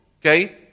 Okay